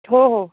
हो हो